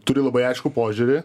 turi labai aiškų požiūrį